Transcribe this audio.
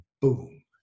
boom